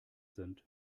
sind